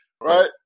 right